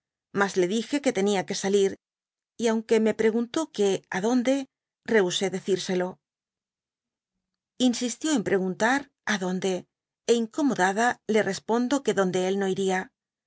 mas le dije que tenia que salir y aunque me pireguntó que á donde rehusé decírselo insistió en preguntar á donde é incomodada le respondo que donde él no iría por